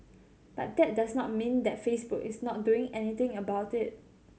but that does not mean that Facebook is not doing anything about it